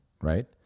right